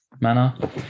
manner